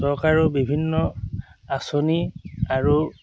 চৰকাৰেও বিভিন্ন আঁচনি আৰু